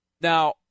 Now